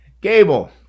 Gable